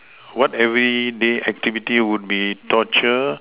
what everyday activity would be torture